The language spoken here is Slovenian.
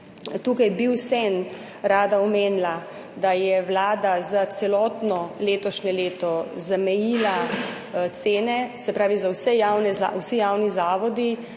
Tukaj bi vseeno rada omenila, da je Vlada za celotno letošnje leto zamejila cene, se pravi za vse javne, vsi